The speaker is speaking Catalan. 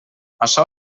açò